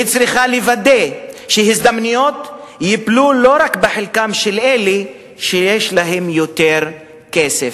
היא צריכה לוודא שהזדמנויות ייפלו לא רק בחלקם של אלה שיש להם יותר כסף.